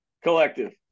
Collective